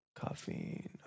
Caffeine